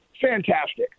Fantastic